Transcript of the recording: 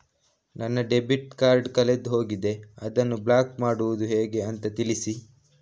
ನನ್ನ debit card ಕಳೆದು ಹೋಗಿದೆ, ಅದನ್ನು ಬ್ಲಾಕ್ ಮಾಡುವುದು ಹೇಗೆ ಅಂತ ತಿಳಿಸಿ?